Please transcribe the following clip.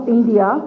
India